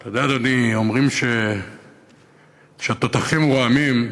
אתה יודע, אדוני, אומרים שכשהתותחים רועמים,